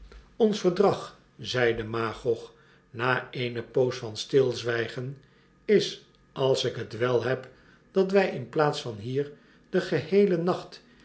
ons verdrag zeide magog na eene poos van stilzwjjgen is als ik het wel heb dat wij in plaats van hier den geheelen nacht